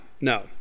no